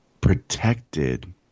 protected